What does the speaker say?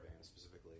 specifically